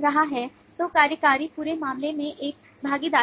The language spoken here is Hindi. रहा है तो कार्यकारी पूरे मामले में एक भागीदार है